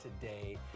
today